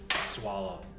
swallow